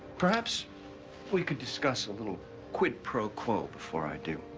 perhaps we could discuss a little quid pro quo before i do.